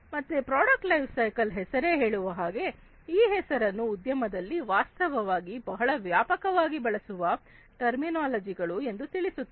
ಮತ್ತೆ product life cycle ಹೆಸರೇ ಹೇಳುವ ಹಾಗೆ ಈ ಹೆಸರನ್ನು ಉದ್ಯಮದಲ್ಲಿ ವಾಸ್ತವವಾಗಿ ಬಹಳ ವ್ಯಾಪಕವಾಗಿ ಬಳಸುವ ಟರ್ಮಿನೋಲಜಿಗಳು ಎಂದು ತಿಳಿಸುತ್ತದೆ